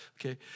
okay